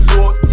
Lord